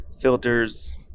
filters